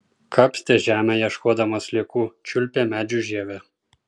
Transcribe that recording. kapstė žemę ieškodama sliekų čiulpė medžių žievę